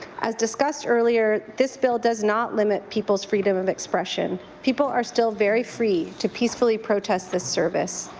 as discussed earlier, this bill does not limit people's freedom of expression. people are still very free to peacefully protest this service.